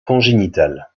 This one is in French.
congénitale